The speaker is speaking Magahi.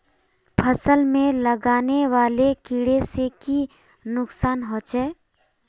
फसल में लगने वाले कीड़े से की नुकसान होचे?